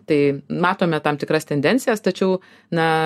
tai matome tam tikras tendencijas tačiau na